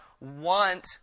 want